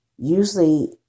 Usually